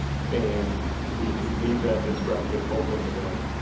and we should leave that discussion open to them.